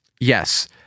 Yes